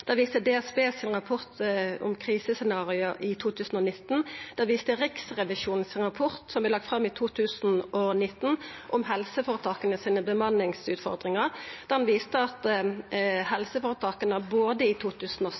viste DSB sin rapport om krisescenario i 2019. Det viste Riksrevisjonens rapport om helseføretaka sine bemanningsutfordringar, som vart lagt fram i 2019. Den viste at helseføretaka både i 2016, i 2017 og i 2018